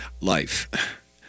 life